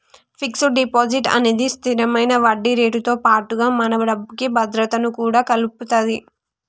fixed deposit అనేది స్తిరమైన వడ్డీరేటుతో పాటుగా మన డబ్బుకి భద్రతను కూడా కల్పిత్తది